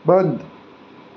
બંધ